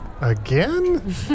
Again